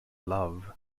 love